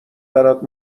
برات